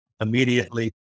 immediately